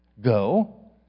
Go